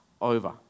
over